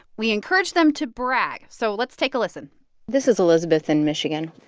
we encourage them to brag. so let's take a listen this is elizabeth in michigan.